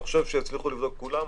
אתה חושב שהצליחו לבדוק את כולם?